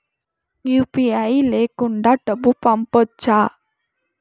UPI లేకుండా డబ్బు పంపొచ్చా